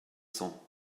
cent